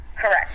Correct